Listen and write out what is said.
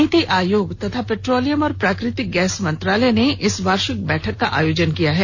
नीति आयोग तथा पैट्रोलियम और प्राकृतिक गैस मंत्रालय ने इस वार्षिक बैठक का आयोजन किया है